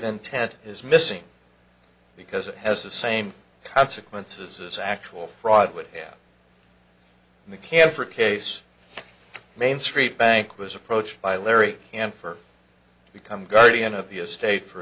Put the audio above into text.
intent is missing because it has the same consequences as actual fraud would have in the camper case mainstreet bank was approached by larry and for to become guardian of the estate for